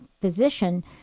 physician